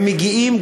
הם מגיעים,